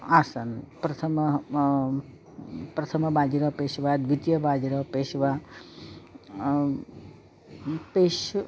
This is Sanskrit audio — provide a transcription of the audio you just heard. आसन् प्रथमः प्रथमः बाजीरावः पेशवा द्वितीयः बाजीरावः पेशवा पेषु